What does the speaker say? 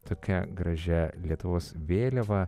tokia gražia lietuvos vėliava